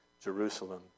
Jerusalem